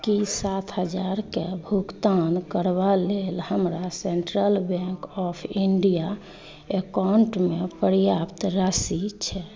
की सात हज़ारक भुगतान करबा लेल हमरा सेंट्रल बैंक ऑफ इंडिया अकाउंटमे पर्याप्त राशि छै